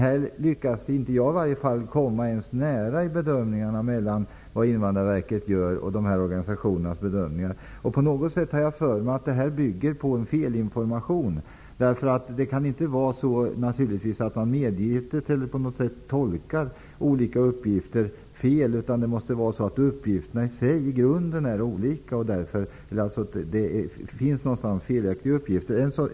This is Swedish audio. Här lyckas i varje fall inte jag ens komma nära när det gäller bedömningarna från Invandrarverket respektive olika organisationer. Jag har för mig att det bygger på en felinformation. Det kan inte vara så att man medvetet tolkar uppgifter fel. Det måste vara så att uppgifterna i grunden är olika och att det någonstans finns felaktiga uppgifter.